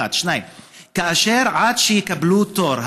1. 2. עד שהמטופלים יקבלו תור,